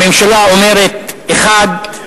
הממשלה אומרת, אחד.